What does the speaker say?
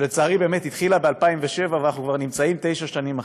שלצערי באמת התחילה ב-2007 ואנחנו כבר נמצאים תשע שנים אחרי,